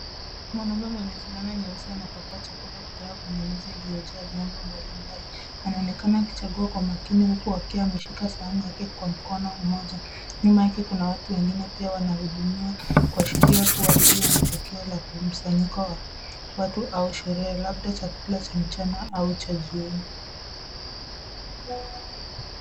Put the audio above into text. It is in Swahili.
Mwanaume mwenye fulana nyeusi anapakua chakula kutoka kwenye meza iliyojaa vyombo mbalimbali. Anaonekana akichagua kwa makini huku ameshika sahani yake kwa mkono mmoja. Nyuma yake kuna watu wengine pia wanahudumiwa, kuashiria kuwa hili ni tukio la mkusanyiko wa watu au sherehe labda chakula cha mchana au cha jioni.